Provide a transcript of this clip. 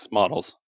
models